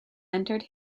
entered